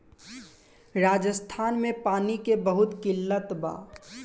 राजस्थान में पानी के बहुत किल्लत बा